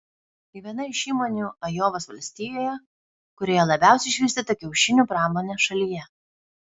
tai viena iš įmonių ajovos valstijoje kurioje labiausiai išvystyta kiaušinių pramonė šalyje